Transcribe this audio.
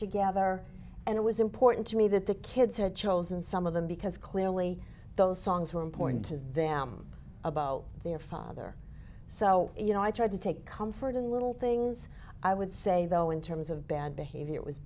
together and it was important to me that the kids had chosen some of them because clearly those songs were important to them about their father so you know i tried to take comfort in the little things i would say though in terms of bad behavior